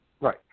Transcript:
Right